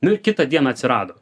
nu ir kitą dieną atsirado